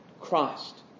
Christ